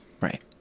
right